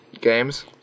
games